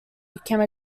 became